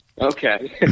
Okay